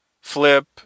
Flip